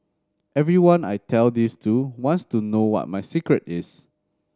everyone I tell this to wants to know what my secret is